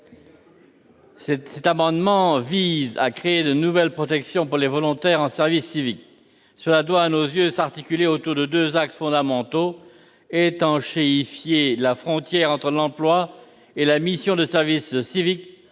Cet amendement vise à créer de nouvelles protections pour les volontaires en service civique. Cela doit, à nos yeux, s'articuler autour de deux axes fondamentaux : étanchéifier la frontière entre l'emploi et la mission de service civique,